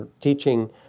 teaching